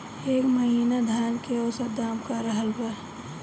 एह महीना धान के औसत दाम का रहल बा?